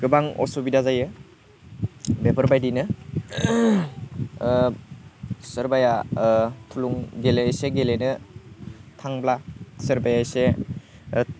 गोबां असुबिदा जायो बेफोरबायदिनो सोरबाया गेले एसे गेलेनो थांब्ला सोरबाया एसे